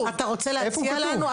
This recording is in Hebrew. על זה הצבענו וזה כתוב.